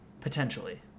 potentially